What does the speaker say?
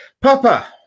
Papa